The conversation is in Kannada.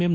ಎಂ